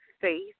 faith